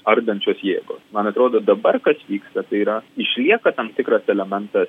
ardančios jėgos man atrodo dabar kas vyksta tai yra išlieka tam tikras elementas